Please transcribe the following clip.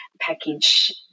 package